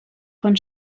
von